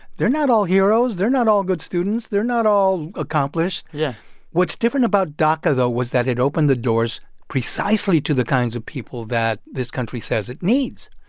they're not all heroes. they're not all good students. they're not all accomplished yeah what's different about daca, though, was that it opened the doors precisely to the kinds of people that this country says it needs.